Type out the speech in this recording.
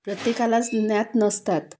प्रत्ये कालाच ज्ञात नसतात